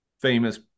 famous